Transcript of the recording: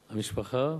המשפחה,